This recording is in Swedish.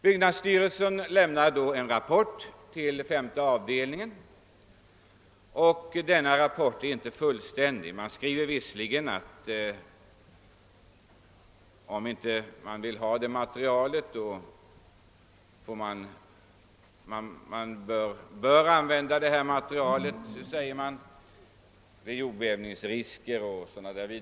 Byggnadsstyrelsen lämnar då en rapport till femte avdelningen, som emellertid inte är fullständig. Byggnadsstyrelsen skriver visserligen att man bör använda det ifrågavarande materialet på grund av jordbävningsrisker o. d.